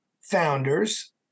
founders